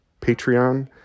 Patreon